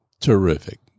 Terrific